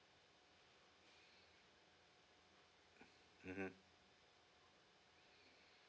mmhmm